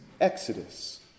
Exodus